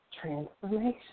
Transformation